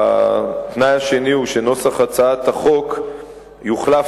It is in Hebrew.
התנאי השני הוא שנוסח הצעת החוק יוחלף